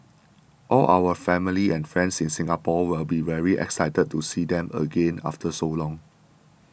all our family and friends in Singapore will be very excited to see them again after so long